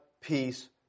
peace